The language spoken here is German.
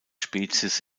spezies